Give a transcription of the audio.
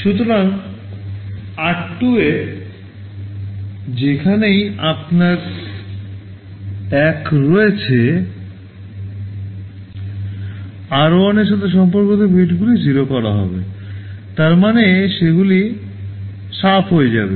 সুতরাং আর 2 এ যেখানেই আপনার 1 রয়েছে r1 এর সাথে সম্পর্কিত বিটগুলি 0 করা হবে তার মানে সেগুলি সাফ হয়ে যাবে